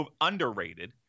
underrated